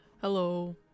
Hello